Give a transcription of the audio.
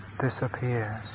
disappears